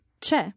c'è